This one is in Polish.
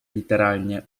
literalnie